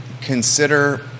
consider